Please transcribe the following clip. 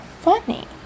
funny